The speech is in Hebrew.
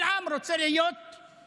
כל עם רוצה להיות חופשי.